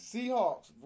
Seahawks